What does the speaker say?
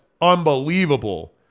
unbelievable